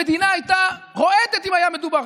המדינה הייתה רועדת אם היה מדובר,